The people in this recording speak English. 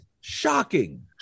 shocking